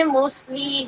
mostly